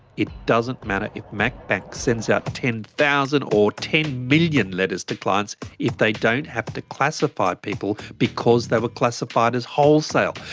it doesn't matter if mac bank sends out ten thousand or ten million letters to clients if they don't have to classify people, because they were classified as wholesale.